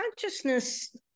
consciousness